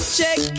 check